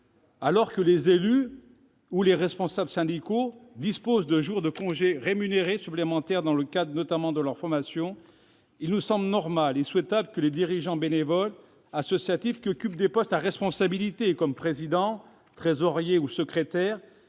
Alors que les élus ou les responsables syndicaux disposent de jours de congé rémunérés supplémentaires, en particulier dans le cadre de leur formation, il nous semble normal et souhaitable que les dirigeants bénévoles associatifs qui occupent des postes à responsabilité comme président, trésorier ou secrétaire